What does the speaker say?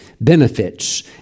benefits